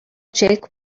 jake